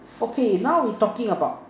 okay now we talking about